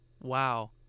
Wow